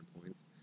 points